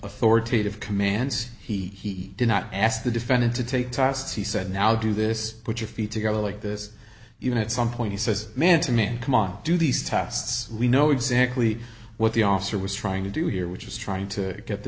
authoritative commands he did not ask the defendant to take tossed he said now do this put your feet together like this you know at some point he says man to man come on do these tests we know exactly what the officer was trying to do here which is trying to get the